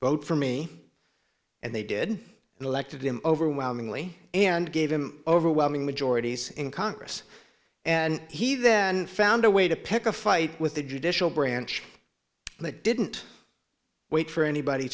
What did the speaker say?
vote for me and they did and elected him overwhelmingly and gave him overwhelming majorities in congress and he then found a way to pick a fight with the judicial branch they didn't wait for anybody